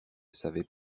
savait